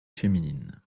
féminine